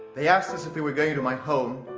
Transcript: they asked us if we were going to my home,